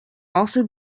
also